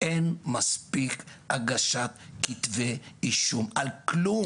אין מספיק הגשת כתבי אישום על כלום.